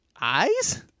eyes